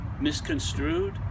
misconstrued